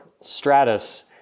Stratus